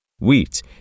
Wheat